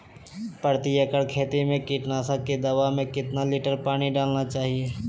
प्रति एकड़ खेती में कीटनाशक की दवा में कितना लीटर पानी डालना चाइए?